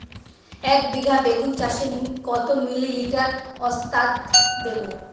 একবিঘা বেগুন চাষে কত মিলি লিটার ওস্তাদ দেবো?